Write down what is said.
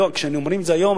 וכשאומרים את זה היום,